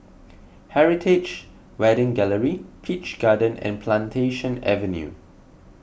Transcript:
Heritage Wedding Gallery Peach Garden and Plantation Avenue